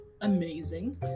amazing